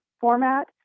format